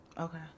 Okay